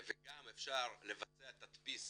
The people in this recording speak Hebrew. וגם אפשר לבצע תדפיס